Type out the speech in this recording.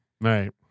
Right